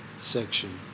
section